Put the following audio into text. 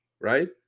right